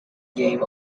game